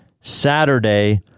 Saturday